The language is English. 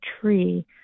tree